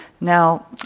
Now